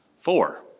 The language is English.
Four